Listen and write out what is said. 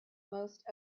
most